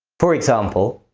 for example,